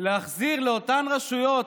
להחזיר לאותן רשויות,